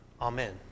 Amen